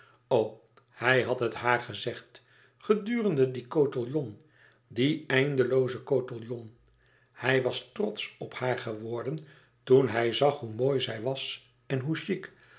hij had het haar gezegd gedurenden dien cotillon dien eindeloozen cotillon hij was trotsch op haar geworden toen hij zag hoe mooi zij was en hoe chic